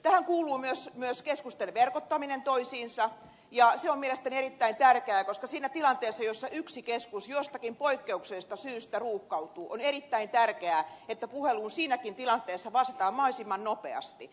tähän kuuluu myös keskusten verkottaminen toisiinsa ja se on mielestäni erittäin tärkeää koska siinäkin tilanteessa jossa yksi keskus jostakin poikkeuksellisesta syystä ruuhkautuu on erittäin tärkeää että puheluun vastataan mahdollisimman nopeasti